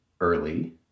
early